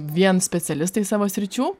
vien specialistai savo sričių